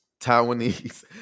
Taiwanese